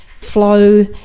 flow